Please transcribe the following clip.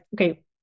okay